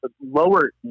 lower